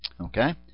Okay